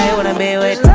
wanna be with